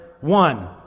one